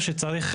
מתחשב.